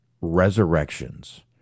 Resurrections